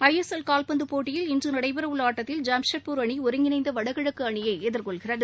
ஐ S L கால்பந்துப் போட்டியில் இன்று நடைபெறவுள்ள ஆட்டத்தில் ஜாம்செட்பூர் அணி ஒருங்கிணைந்த வடகிழக்கு அணியை எதிர்கொள்கிறது